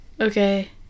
Okay